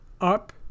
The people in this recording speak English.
up